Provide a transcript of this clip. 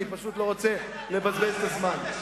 אני פשוט לא רוצה לבזבז את הזמן.